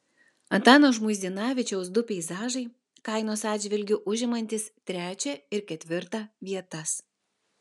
antano žmuidzinavičiaus du peizažai kainos atžvilgiu užimantys trečią ir ketvirtą vietas